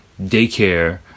daycare